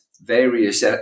various